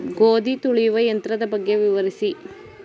ಗೋಧಿ ತುಳಿಯುವ ಯಂತ್ರದ ಬಗ್ಗೆ ವಿವರಿಸಿ?